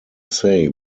say